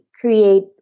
create